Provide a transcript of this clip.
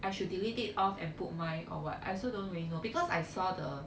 I should delete it off and put mine or what I also don't really know because I saw the